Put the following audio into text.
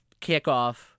kickoff